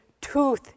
tooth